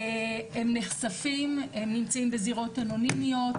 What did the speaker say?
והם נחשפים, הם נמצאים בזירות אנונימיות,